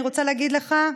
אני רוצה להגיד לך: